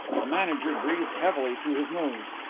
the manager breathed heavily through his nose.